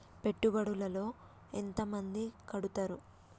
పెట్టుబడుల లో ఎంత మంది కడుతరు?